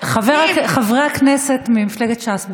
חברי הכנסת ממפלגת ש"ס,